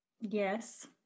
Yes